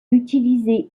utilisée